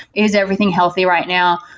is everything healthy right now?